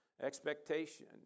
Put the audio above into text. expectation